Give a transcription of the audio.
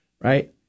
Right